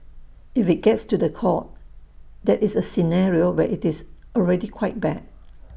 if IT gets to The Court that is A scenario where IT is already quite bad